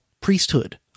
priesthood